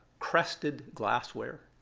crested glassware,